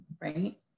right